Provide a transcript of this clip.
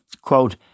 quote